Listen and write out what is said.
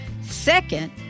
Second